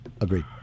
Agreed